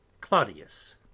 Claudius